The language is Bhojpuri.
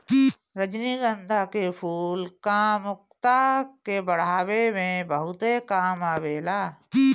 रजनीगंधा के फूल कामुकता के बढ़ावे में बहुते काम आवेला